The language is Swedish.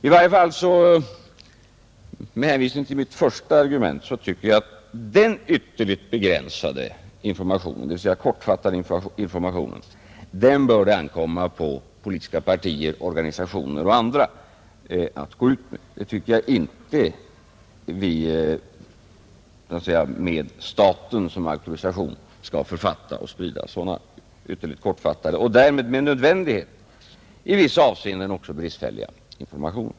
I varje fall tycker jag med hänvisning till mitt första argument att den kortfattade informationen är något som bör ankomma på politiska partier, organisationer och andra intressenter. Jag tycker inte att vi med statens auktorisation skall författa och sprida sådana kortfattade och därmed med nödvändighet i vissa avseenden också bristfälliga informationer.